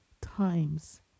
times